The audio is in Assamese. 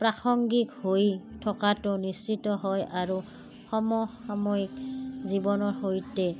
প্ৰাসংগিক হৈ থকাটো নিশ্চিত হয় আৰু সমসাময়িক জীৱনৰ সৈতে